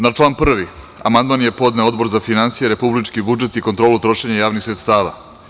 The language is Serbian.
Na član 1. amandman je podneo Odbor za finansije, republički budžet i kontrolu trošenja javnih sredstava.